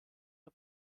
der